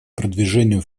продвижению